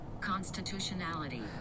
Constitutionality